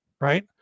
Right